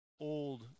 old